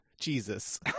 jesus